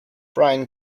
brian